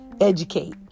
educate